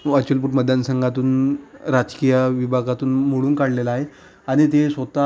अचलपूर मदनसंघातून राजकीय विभागातून मोडून काढलेलं आहे आणि ते स्वतः